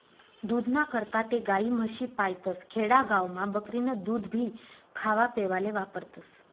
दूधना करता ते गायी, म्हशी पायतस, खेडा गावमा बकरीनं दूधभी खावापेवाले वापरतस